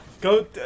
Go